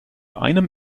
einem